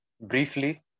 briefly